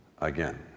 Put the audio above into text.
again